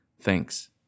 thanks